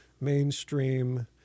mainstream